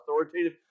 authoritative